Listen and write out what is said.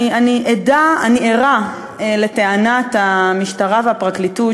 אני ערה לטענת המשטרה והפרקליטות,